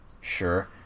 sure